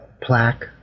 plaque